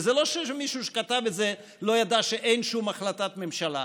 וזה לא שמי שכתב את זה לא ידע שאין שום החלטת ממשלה,